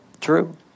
True